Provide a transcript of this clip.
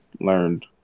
learned